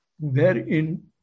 wherein